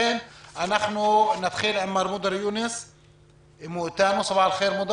אנחנו רוצים לשמוע על ההכנות הנצרכות